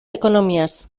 ekonomiaz